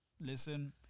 listen